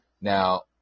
Now